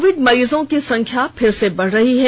Covid मरीजों की संख्या फिर से बढ़ रही है